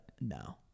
no